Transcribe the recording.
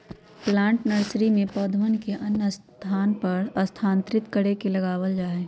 plant nursery से पौधवन के अन्य स्थान पर स्थानांतरित करके लगावल जाहई